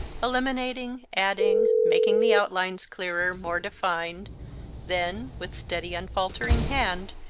eliminating, adding, making the outlines clearer, more defined then, with steady, unfaltering hand,